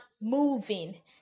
moving